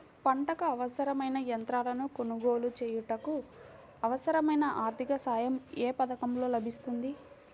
పంటకు అవసరమైన యంత్రాలను కొనగోలు చేయుటకు, అవసరమైన ఆర్థిక సాయం యే పథకంలో లభిస్తుంది?